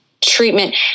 treatment